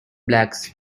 blacks